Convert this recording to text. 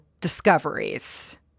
discoveries